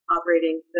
operating